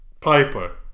Piper